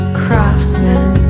craftsman